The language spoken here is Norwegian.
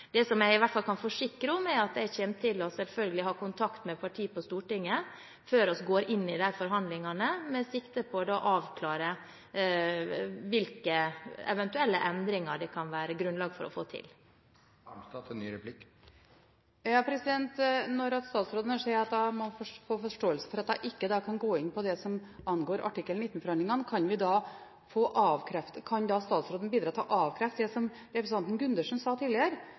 Det som jeg i hvert fall kan forsikre om, er at jeg selvfølgelig kommer til å ha kontakt med partier på Stortinget før vi går inn i de forhandlingene, med sikte på å avklare hvilke eventuelle endringer det kan være grunnlag for å få til. Når statsråden sier at hun må få forståelse for at hun ikke kan gå inn på det som angår artikkel 19-forhandlingene, kan statsråden da bidra til å avkrefte det som representanten Gundersen sa tidligere